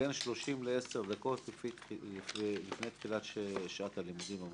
בין 30 ל-10 דקות לפני תחילת שעת הלימודים במוסד".